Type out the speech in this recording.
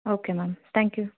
okay ma'am thank you